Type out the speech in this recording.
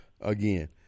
again